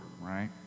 right